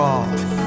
off